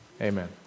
Amen